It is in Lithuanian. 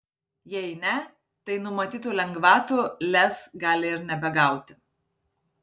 jei ne tai numatytų lengvatų lez gali ir nebegauti